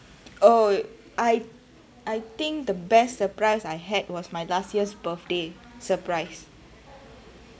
oh I I think the best surprise I had was my last year's birthday surprise